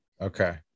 Okay